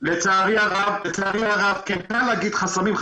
אפשר להגיד "חסמים",